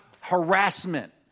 harassment